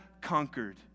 conquered